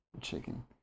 chicken